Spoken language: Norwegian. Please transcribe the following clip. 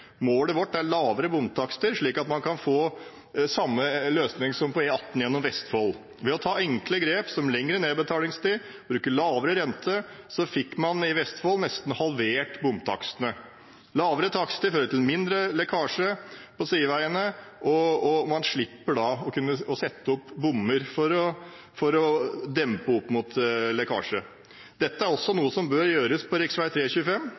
Målet vårt er lavere bomtakster slik at man kan få samme løsning som på E18 gjennom Vestfold. Ved å ta enkle grep, som lengre nedbetalingstid og bruke lavere rente, fikk man i Vestfold nesten halvert bomtakstene. Lavere takster fører til mindre lekkasje til sideveiene, og man slipper å sette opp bommer for å dempe for lekkasje. Dette er også noe som bør gjøres på rv. 3/rv. 25.